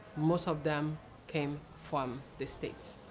most of them came from the states.